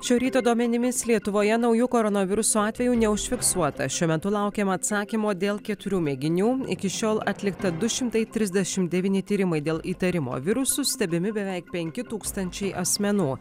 šio ryto duomenimis lietuvoje naujų koronaviruso atvejų neužfiksuota šiuo metu laukiama atsakymo dėl keturių mėginių iki šiol atlikta du šimtai trisdešimt devyni tyrimai dėl įtarimo virusu stebimi beveik penki tūkstančiai asmenų